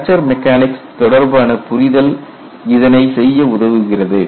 fracture mechanics தொடர்பான புரிதல் இதனை செய்ய உதவுகிறது